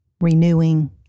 renewing